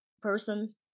person